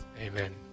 Amen